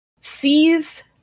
sees